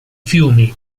fiumi